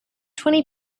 twenty